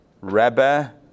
Rebbe